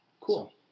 Cool